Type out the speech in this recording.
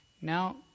Now